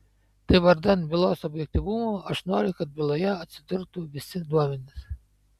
tai vardan bylos objektyvumo aš noriu kad byloje atsidurtų visi duomenys